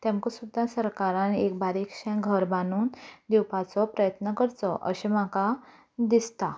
तेमकां सुद्दां सरकारान एक बारीकशें घर बांदून दिवपाचो प्रयत्न करचो अशें म्हाका दिसता